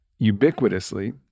ubiquitously